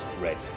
red